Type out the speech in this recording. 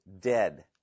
dead